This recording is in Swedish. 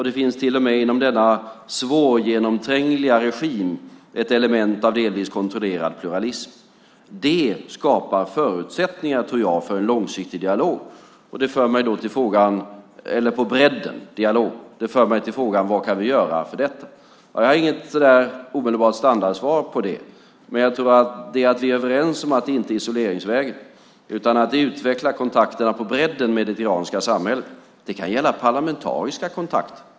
Det finns till och med inom denna svårgenomträngliga regim ett element av delvis kontrollerad pluralism. Det skapar förutsättningar, tror jag, för en långsiktig dialog på bredden. Det för mig då till frågan: Vad kan vi göra för detta? Ja, jag har inget omedelbart standardsvar på det. Men jag tror att vi är överens om att det inte är isoleringsvägen, utan att vi utvecklar kontakterna på bredden med det iranska samhället. Det kan gälla parlamentariska kontakter.